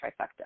trifecta